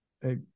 Hey